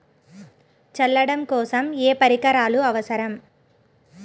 చల్లడం కోసం ఏ పరికరాలు అవసరం?